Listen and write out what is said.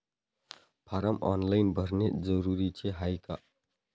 Form online भरने जरुरीचे हाय का?